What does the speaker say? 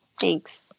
Thanks